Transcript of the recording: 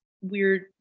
weird